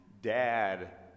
dad